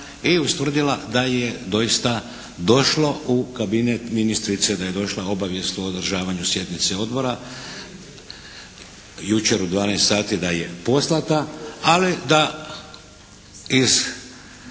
i ustvrdila da je doista došlo u kabinet ministrice, da je došla obavijest o održavanju sjednice odbora jučer u 12 sati da je poslata. Ali da iz